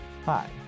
Hi